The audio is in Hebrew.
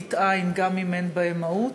מראית עין, גם אם אין בהם מהות,